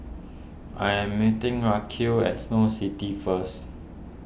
I am meeting Racquel at Snow City first